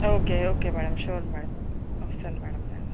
okay okay madam sure madam వస్తాను madam నేను